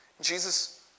Jesus